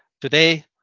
Today